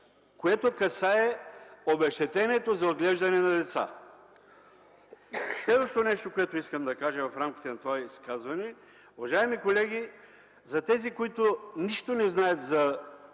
което касае обезщетението за отглеждане на деца. Следващото нещо, което искам да кажа в рамките на това изказване. Уважаеми колеги, за тези които нищо не знаят за